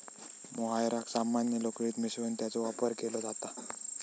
मोहायराक सामान्य लोकरीत मिसळून त्याचो वापर केलो जाता